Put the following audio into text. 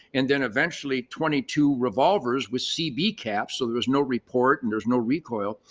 and then eventually twenty two revolvers with cb caps. so there was no report and there's no recoil.